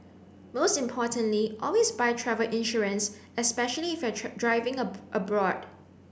most importantly always buy travel insurance especially if you're driving a abroad